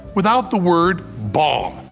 without the word bomb.